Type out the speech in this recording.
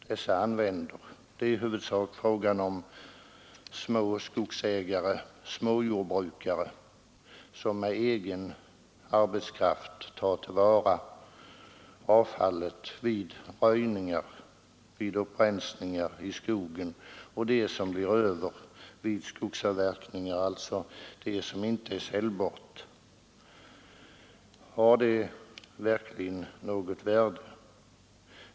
Det rör sig här i huvudsak om små skogsägare och småjordbrukare som med egen arbetskraft tar till vara avfallet vid röjningar och upprensningar i skogen samt det som blir över vid skogsavverkningar, alltså det som inte är säljbart. Har detta bränsle verkligen något skattemässigt värde?